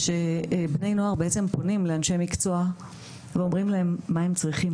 שבני נוער בעצם פונים לאנשי מקצוע ואומרים להם מה הם צריכים,